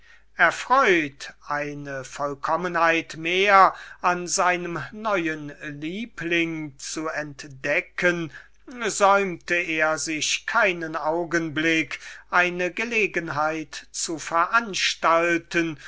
erfreut eine vollkommenheit mehr an seinem neuen liebling zu entdecken säumte er sich keinen augenblick eine gelegenheit zu veranstalten